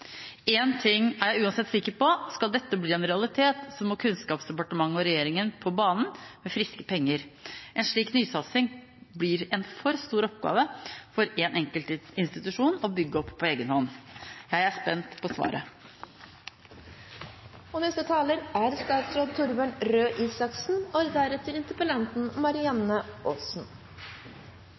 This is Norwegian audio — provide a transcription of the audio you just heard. En ting er jeg uansett sikker på: Skal dette bli en realitet, må Kunnskapsdepartementet og regjeringen på banen med friske penger. En slik nysatsing blir en for stor oppgave for en enkelt institusjon å bygge opp på egen hånd. Jeg er spent på svaret. Mitt mål med helseutdanningene er at de skal svare på helsetjenestenes og